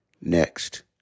next